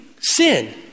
sin